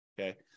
Okay